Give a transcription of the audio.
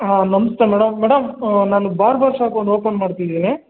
ಹಾಂ ನಮಸ್ತೆ madam madam ನಾನು ಬಾರ್ಬರ್ ಶಾಪ್ ಒಂದು ಓಪನ್ ಮಾಡ್ತಿದ್ದೀನಿ